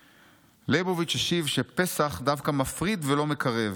ליבוביץ' השיב שפסח דווקא מפריד ולא מקרב.